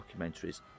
documentaries